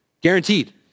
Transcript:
Guaranteed